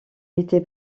été